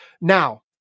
Now